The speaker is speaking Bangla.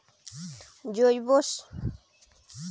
সবজি চাষে জৈব কীটনাশক ব্যাবহারের দিক গুলি কি কী?